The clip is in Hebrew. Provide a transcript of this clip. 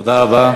תודה רבה.